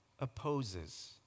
opposes